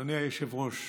אדוני היושב-ראש,